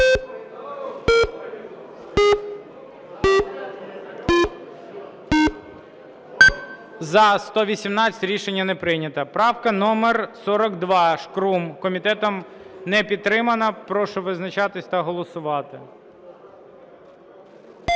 За-118 Рішення не прийнято. Правка номер 42, Шкрум. Комітетом не підтримана. Прошу визначатись та голосувати.